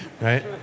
right